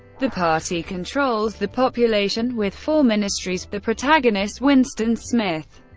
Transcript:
the party controls the population with four ministries the protagonist winston smith,